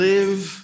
Live